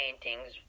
paintings